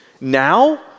Now